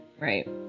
right